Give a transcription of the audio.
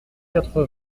quatre